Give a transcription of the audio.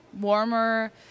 warmer